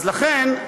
לכן,